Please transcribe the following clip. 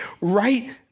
right